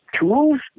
tools